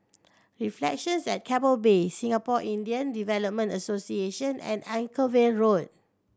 Reflections at Keppel Bay Singapore Indian Development Association and Anchorvale Road